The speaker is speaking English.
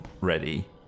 ready